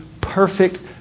perfect